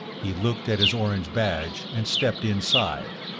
he looked at his orange badge and stepped inside,